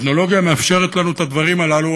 הטכנולוגיה מאפשרת לנו את הדברים האלה,